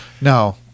No